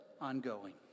Ongoing